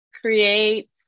create